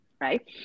right